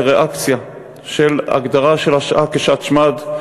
לריאקציה של הגדרה של השעה כ"שעת שמד",